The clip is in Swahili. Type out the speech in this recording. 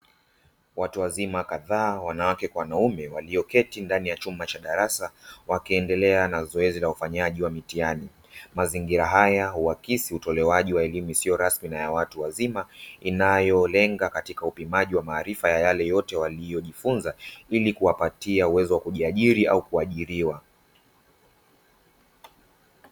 Watu wazima kadhaa wanawake kwa wanaume walioketi ndani ya chumba cha darasa wakiendelea na zoezi la ufanyaji wa mitihani. Mazingira haya una akisi utolewaji wa elimu isiyo rasmi na ya watu wazima inayolenga katika upimaji wa maarifa ya yale yote waliojifunza ili kuwapatia uwezo wa kujiajiri au kuajiriwa.